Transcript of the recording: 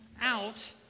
out